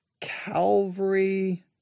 Calvary